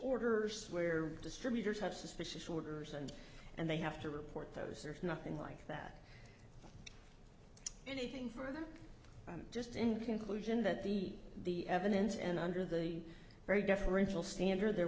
order or swear distributors have suspicious orders and and they have to report those there's nothing like that anything for them just in conclusion that the the evidence and under the very deferential standard there